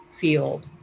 field